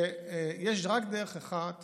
יש רק דרך אחת